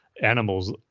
animals